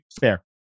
fair